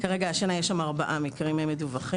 כרגע השנה יש שם ארבעה מקרים מדווחים.